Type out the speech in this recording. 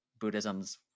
Buddhism's